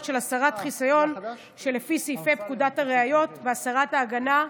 של הסרת חיסיון לפי סעיפי פקודת הראיות והסרת ההגנה,